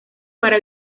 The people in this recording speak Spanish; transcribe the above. para